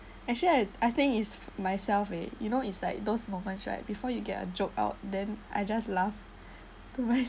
actually I I think it's myself eh you know it's like those moments right before you get a joke out then I just laugh to myse~